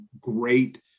great